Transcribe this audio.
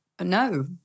No